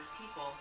people